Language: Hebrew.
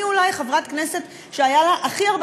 אני אולי חברת הכנסת שהיו לה הכי הרבה